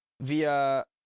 via